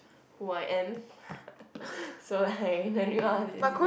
who I am so like